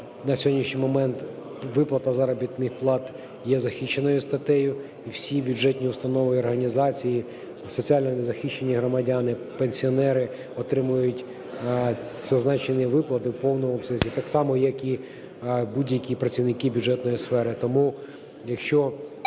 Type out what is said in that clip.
на сьогоднішній момент виплата заробітних плат є захищеною статтею і всі бюджетні установи і організації, соціально незахищені громадяни, пенсіонери отримують зазначені виплати в повному обсязі, так само як і будь-які працівники бюджетної сфери. Тому якщо